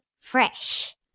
Fresh